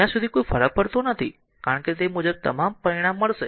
ત્યાં સુધી કોઈ ફરક પડતો નથી કારણ કે તે મુજબ તમામ પરિણામ મળશે